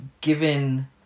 given